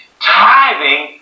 Tithing